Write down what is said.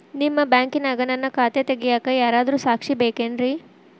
ನಿಮ್ಮ ಬ್ಯಾಂಕಿನ್ಯಾಗ ನನ್ನ ಖಾತೆ ತೆಗೆಯಾಕ್ ಯಾರಾದ್ರೂ ಸಾಕ್ಷಿ ಬೇಕೇನ್ರಿ?